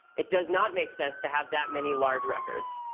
it does not make sense to have that many large records.